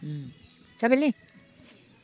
जाबायलै